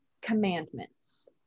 commandments